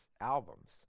albums